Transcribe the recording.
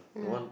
yeah